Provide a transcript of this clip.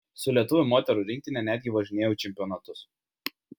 su lietuvių moterų rinktine netgi važinėjau į čempionatus